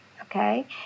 okay